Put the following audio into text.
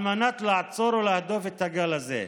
לעצור ולהדוף את הגל הזה.